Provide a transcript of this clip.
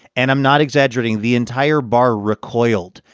and i'm not exaggerating. the entire bar recoiled.